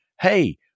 Hey